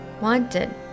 Wanted